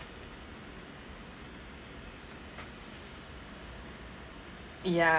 ya~